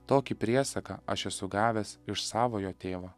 tokį priesaką aš esu gavęs iš savojo tėvo